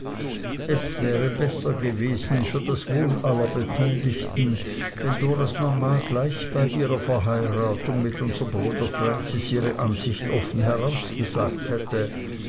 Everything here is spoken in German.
es wäre besser gewesen für das wohl aller beteiligten wenn doras mama gleich bei ihrer verheiratung mit unserm bruder francis ihre ansicht offen herausgesagt hätte